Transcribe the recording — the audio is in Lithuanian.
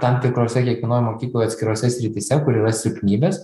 tam tikrose kiekvienoj mokykloj atskirose srityse kur yra silpnybės